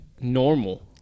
normal